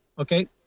okay